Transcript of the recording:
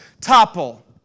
topple